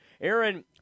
Aaron